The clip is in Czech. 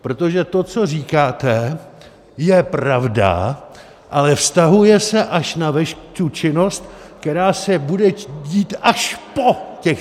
Protože to, co říkáte, je pravda, ale vztahuje se až na tu činnost, která se bude dít až po těch...